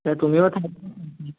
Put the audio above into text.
হ্যাঁ তুমিও থাকবে